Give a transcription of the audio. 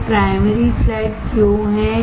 एक primary flat क्यों है